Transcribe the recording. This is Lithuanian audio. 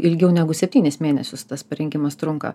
ilgiau negu septynis mėnesius tas parengimas trunka